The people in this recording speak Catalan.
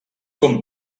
com